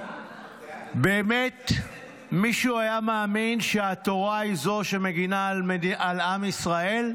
באמת מישהו היה מאמין שהתורה היא זו שמגינה על עם ישראל?